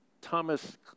Thomas